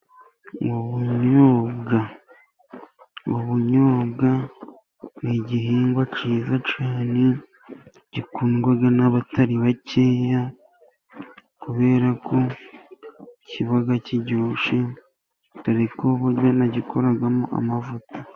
Ubunyobwa, ubunyobwa ni igihingwa cyiza cyane gikundwa n'abatari bakeya, kubera ko kiba kiryoshye, dore ko bagikoramo amavuta.